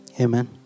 Amen